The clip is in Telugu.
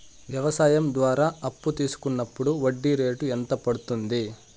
వ్యవసాయం ద్వారా అప్పు తీసుకున్నప్పుడు వడ్డీ రేటు ఎంత పడ్తుంది